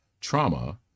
trauma